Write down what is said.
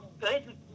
good